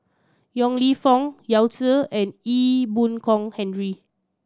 Yong Lew Foong Yao Zi and Ee Boon Kong Henry